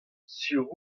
sur